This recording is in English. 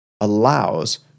allows